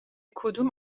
کدوم